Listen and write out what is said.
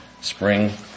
spring